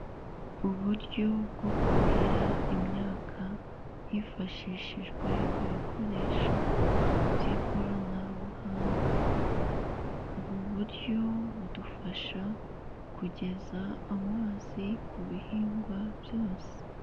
Uburyo bwo kuhira imyaka hifashishijwe ibikoresho by'ikoranabuhanga, ubu buryo budufasha kugeza amazi ku bihingwa byose.